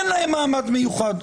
שאין להם מעמד מיוחד.